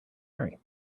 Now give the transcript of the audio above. marry